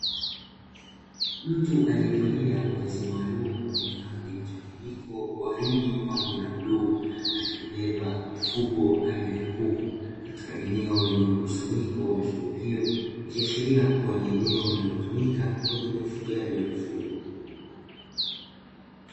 Mtu aliyevalia mavazi maalum yenye rangi ya mchanganyiko wa kuku, liibeba mifugo aina ya kuku katika eneo lenye mkusanyiko wa mifugo hiyo nikiashiria kuwa ni eneo linalotumika kwa ajili ya ufugaji wa mifugo.